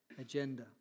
Agenda